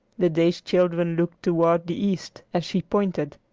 the dazed children looked toward the east as she pointed.